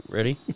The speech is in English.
Ready